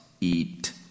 eat